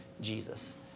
Jesus